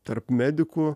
tarp medikų